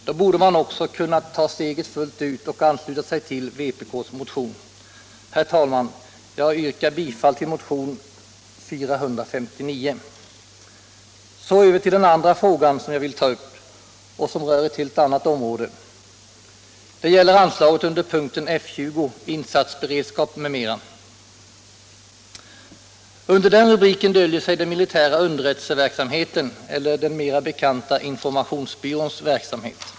Då borde man också kunna ta steget fullt ut och ansluta sig till vpk:s motion. Herr talman! Jag yrkar bifall till motionen 1976/77:459. Så över till den andra fråga som jag vill ta upp och som rör ett helt annat område. Det gäller anslaget under punkten F 20, Insatsberedskap m.m. Under den rubriken döljer sig den militära underrättelseverksamheten, eller den mera bekanta Informationsbyråns verksamhet.